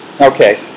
Okay